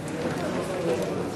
אדוני השר,